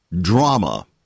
drama